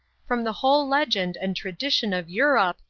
from the whole legend and tradition of europe,